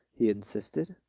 he insisted.